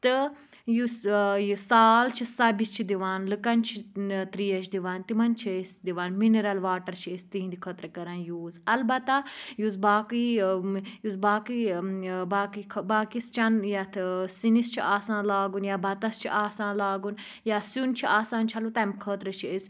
تہٕ یُس ٲں یہِ سال چھُ سَبہِ چھِ دِوان لوٗکَن چھِ ٲں ترٛیش دِوان تِمَن چھِ أسۍ دِوان مِنرَل واٹَر چھِ أسۍ تہنٛدِ خٲطرٕ کَران یوٗز اَلبَتہ یُس باقٕے ٲں یُس باقٕے ٲں باقٕے باقیِس چیٚنہٕ ییٚتھ ٲں سِنِس چھُ آسان لاگُن یا بَتَس چھُ آسان لاگُن یا سیٛن چھُ آسان چھَلُن تَمہِ خٲطرٕ چھِ أسۍ